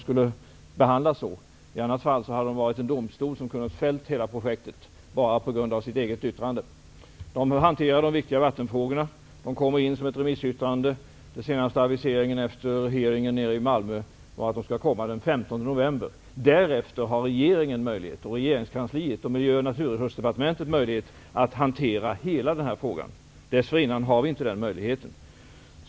I annat fall hade den varit en domstol som hade kunnat fälla hela projektet med bara sitt eget yttrande. Den hanterar de viktiga vattenfrågorna och kommer in med sitt remissyttrande. Den senaste aviseringen, efter utfrågningen i Malmö, är att det skall komma den 15 november. Därefter har regeringen, Miljö och Naturresursdepartementet och regeringskansliet, möjlighet att hantera hela den här frågan. Dessförinnan har vi inte den möjligheten.